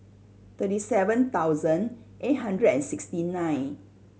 thirty seven thousand eight hundred and sixty nine